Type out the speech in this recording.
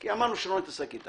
כי אמרנו שלא נתעסק אתה